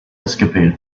escapade